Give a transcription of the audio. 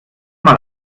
mal